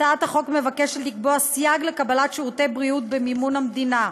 הצעת החוק מבקשת לקבוע סייג לקבלת שירותי בריאות במימון המדינה,